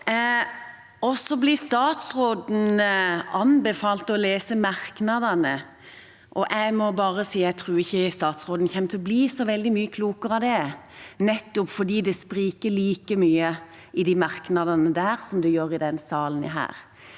Statsråden blir anbefalt å lese merknadene. Da må jeg bare si at jeg ikke tror statsråden kommer til å bli så veldig mye klokere av det, nettopp fordi det spriker like mye i de merknadene som det gjør i denne salen.